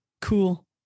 cool